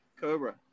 Cobra